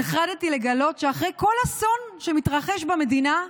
נחרדתי לגלות שאחרי כל אסון שמתרחש במדינה,